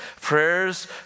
Prayers